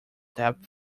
depth